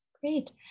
Great